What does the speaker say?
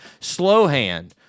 Slowhand